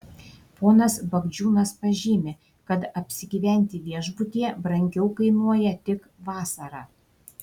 ponas bagdžiūnas pažymi kad apsigyventi viešbutyje brangiau kainuoja tik vasarą